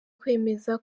kwemeza